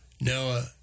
Noah